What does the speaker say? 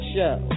Show